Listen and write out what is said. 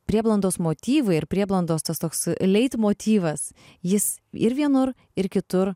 prieblandos motyvai ir prieblandos tas toks leitmotyvas jis ir vienur ir kitur